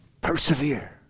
Persevere